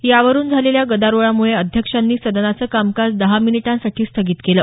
यावरुन झालेल्या गदारोळामुळे अध्यक्षांनी सदनाचं कामकाज दहा मिनिटांसाठी स्थगित केलं